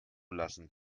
lassen